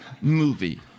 movie